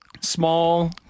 small